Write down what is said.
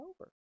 over